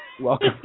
Welcome